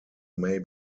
may